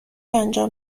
انجام